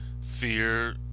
fear